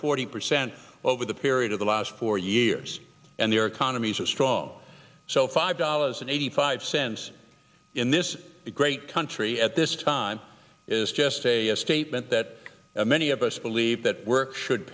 forty percent over the period of the last four years and their economies are strong so five dollars an eighty five cents in this great country at this time is just a statement that many of us believe that work should